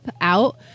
out